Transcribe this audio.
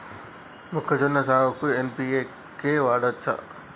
మొక్కజొన్న సాగుకు ఎన్.పి.కే వాడచ్చా?